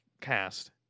cast